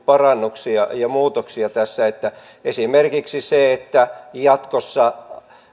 parannuksia ja muutoksia esimerkiksi se että jatkossa